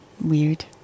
Weird